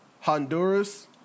Honduras